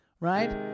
right